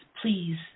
Please